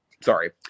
Sorry